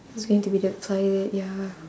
who's going to be the pilot ya